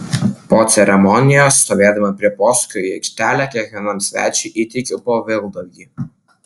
po ceremonijos stovėdama prie posūkio į aikštelę kiekvienam svečiui įteikiau po vilkdalgį